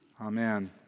Amen